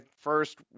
first